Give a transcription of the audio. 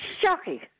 Shocking